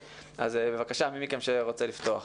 בבקשה, מי מכם שרוצה לפתוח.